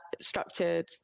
structured